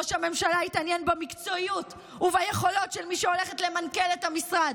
ראש הממשלה התעניין במקצועיות וביכולות של מי שהולכת למנכ"ל את המשרד,